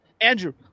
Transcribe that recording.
Andrew